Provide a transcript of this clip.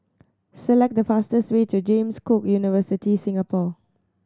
select the fastest way to James Cook University Singapore